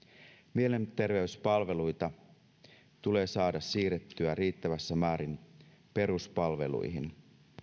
mielenterveyspalveluita tulee saada siirrettyä riittävässä määrin peruspalveluihin